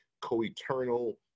co-eternal